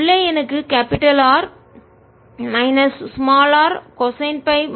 உள்ளே எனக்கு R minus r cosine minus z திசையில் கிடைக்கிறது